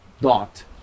dot